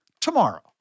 tomorrow